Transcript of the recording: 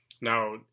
now